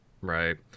right